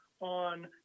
on